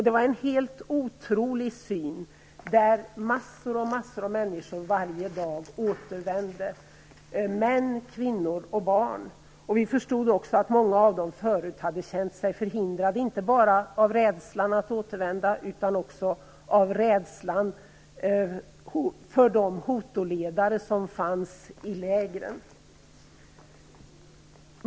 Det var en helt otrolig syn. Varje dag återvände massor och åter massor av människor - män, kvinnor och barn. Vi förstod att många av dem tidigare hade känt sig förhindrade, inte bara av rädsla för att återvända utan också av rädsla för de hutuledare som fanns i lägren.